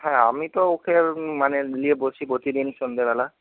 হ্যাঁ আমি তো ওকে মানে নিয়ে বসি প্রতিদিন সন্ধ্যেবেলা